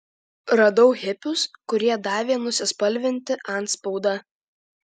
radau hipius kurie davė nusispalvinti antspaudą